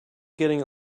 getting